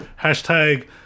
hashtag